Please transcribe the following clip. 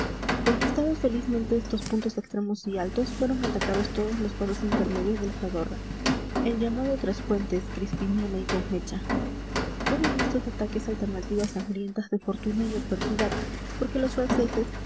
conquistados felizmente estos puntos extremos y altos fueron atacados todos los pasos intermedios del zadorra el llamado tres puentes crispiniana y gomecha hubo en estos ataques alternativas sangrientas de fortuna y adversidad porque los franceses